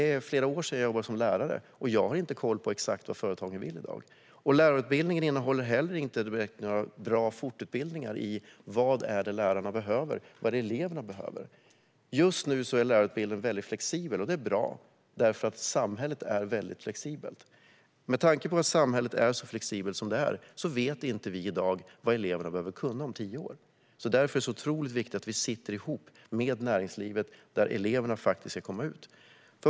Det är flera år sedan jag jobbade som lärare, och jag har inte koll på exakt vad företagen vill i dag. Lärarutbildningen innehåller inte heller direkt några bra fortutbildningar när det gäller vad lärarna behöver och vad eleverna behöver. Just nu är lärarutbildningen mycket flexibel, och det är bra, därför att samhället är mycket flexibelt. Med tanke på att samhället är så flexibelt som det är vet vi i dag inte vad eleverna behöver kunna om tio år. Därför är det så otroligt viktigt att vi arbetar tillsammans med näringslivet, dit eleverna faktiskt ska.